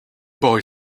boy